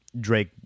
Drake